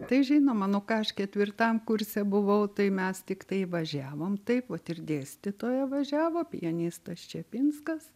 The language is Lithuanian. tai žinoma nu ką aš ketvirtam kurse buvau tai mes tiktai važiavom taip vat ir dėstytoja važiavo pianistas čepinskas